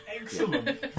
excellent